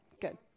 good